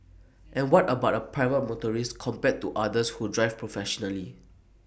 and what about A private motorist compared to others who drive professionally